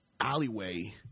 alleyway